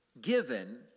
given